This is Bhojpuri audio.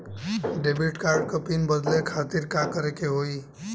डेबिट कार्ड क पिन बदले खातिर का करेके होई?